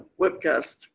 webcast